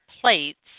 plates